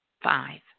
five